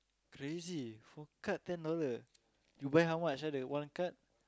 crazy for card ten dollar you buy how much ah the one card